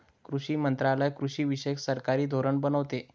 कृषी मंत्रालय कृषीविषयक सरकारी धोरणे बनवते